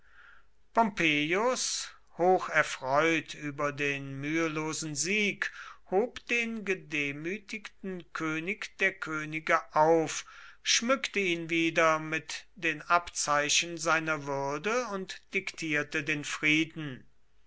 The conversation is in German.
hocherfreut über den mühelosen sieg hob den gedemütigten könig der könige auf schmückte ihn wieder mit den abzeichen seiner würde und diktierte den frieden